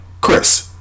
Chris